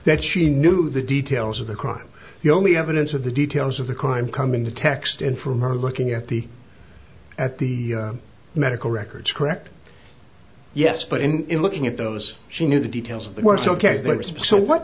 that she knew the details of the crime the only evidence of the details of the crime come in the text and from her looking at the at the medical records correct yes but in looking at those she knew the details of what's ok so what